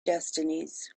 destinies